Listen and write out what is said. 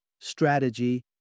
strategy